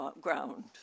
ground